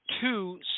two